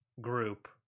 group